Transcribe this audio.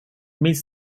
meets